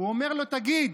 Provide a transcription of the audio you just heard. הוא אומר לו: תגיד,